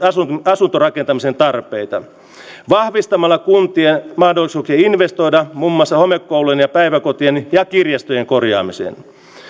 asuntorakentamisen tarpeita vahvistamalla kuntien mahdollisuuksia investoida muun muassa homekoulujen päiväkotien ja kirjastojen korjaamiseen